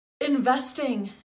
investing